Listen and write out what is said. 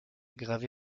gravé